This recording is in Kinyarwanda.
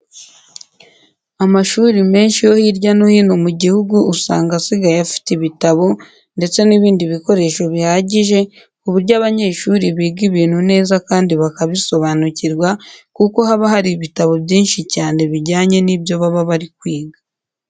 Amashuri menshi yo hirya no hino mu gihugu usanga asigaye afite ibitabo ndetse n'ibindi bikoresho bihagije, ku buryo abanyeshuri biga ibintu neza kandi bakabisobanukirwa kuko haba hari ibitabo byinshi cyabe bijyanye n'ibyo baba bari kwiga.